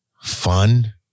fun